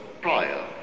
prior